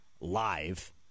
live